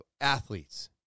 athletes